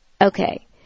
Okay